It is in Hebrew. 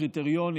קריטריונים,